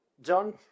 John